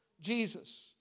Jesus